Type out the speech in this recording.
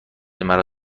مرا